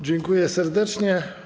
Dziękuję serdecznie.